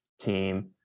team